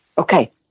Okay